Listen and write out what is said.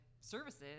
services